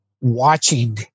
watching